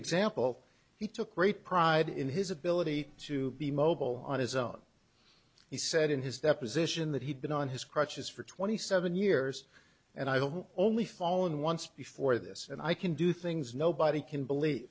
example he took great pride in his ability to be mobile on his own he said in his deposition that he'd been on his crutches for twenty seven years and i don't only fallen once before this and i can do things nobody can believe